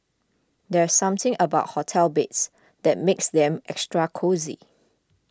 there's something about hotel beds that makes them extra cosy